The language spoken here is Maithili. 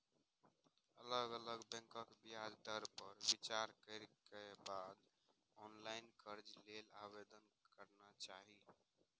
अलग अलग बैंकक ब्याज दर पर विचार करै के बाद ऑनलाइन कर्ज लेल आवेदन करना चाही